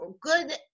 good